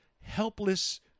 helpless